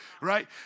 right